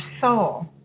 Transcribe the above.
soul